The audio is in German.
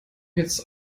jetzt